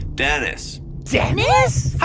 dennis dennis? hi,